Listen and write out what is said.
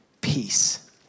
Peace